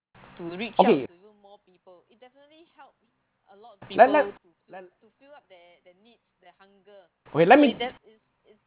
okay let let's okay let me